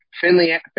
Finley